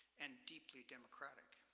and deeply democratic.